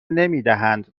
نمیدهند